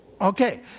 Okay